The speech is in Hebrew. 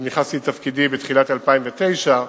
נכנסתי לתפקידי בתחילת 2009,